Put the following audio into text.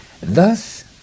Thus